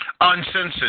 Uncensored